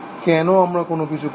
কেন আমরা কোনো কিছু করছি